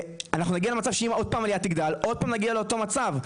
ואנחנו נגיע למצב שאם עוד פעם העלייה תגדל אז נגיע שוב לאותו המצב.